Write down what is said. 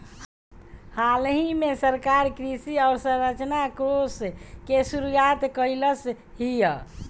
हालही में सरकार कृषि अवसंरचना कोष के शुरुआत कइलस हियअ